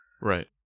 right